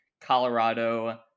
colorado